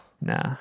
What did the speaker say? Nah